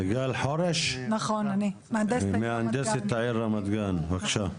סיגל חורש, מהנדסת העיר רמת גן, בבקשה.